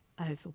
over